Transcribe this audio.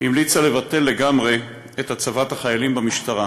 המליצה לבטל לגמרי את הצבת החיילים במשטרה.